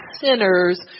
sinners